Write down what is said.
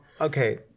okay